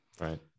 Right